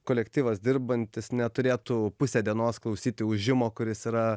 kolektyvas dirbantis neturėtų pusę dienos klausyti ūžimo kuris yra